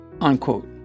Unquote